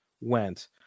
went